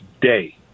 day